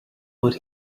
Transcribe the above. what